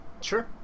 Sure